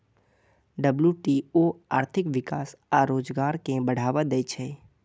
WTO आर्थिक विकास आ रोजगार कें बढ़ावा दै छै